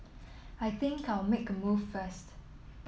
I think I'll make a move first